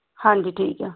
ਹਾਂਜੀ ਠੀਕ ਆ